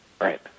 Right